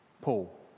Paul